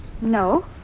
No